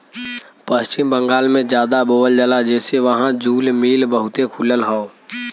पश्चिम बंगाल में जादा बोवल जाला जेसे वहां जूल मिल बहुते खुलल हौ